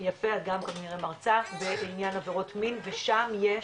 את גם כנראה מרצה, בעניין עבירות מין ושם יש